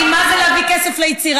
אל תלמד אותי מה זה להביא כסף ליצירה.